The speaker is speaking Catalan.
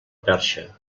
perxa